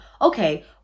Okay